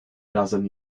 dozen